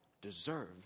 deserve